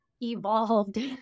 evolved